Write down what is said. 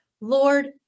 Lord